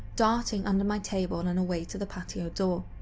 darting under my table and and away to the patio door.